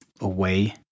away